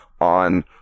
on